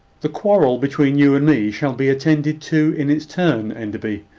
the quarrel between you and me shall be attended to in its turn, enderby.